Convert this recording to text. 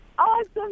Awesome